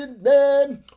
name